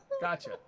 Gotcha